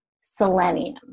selenium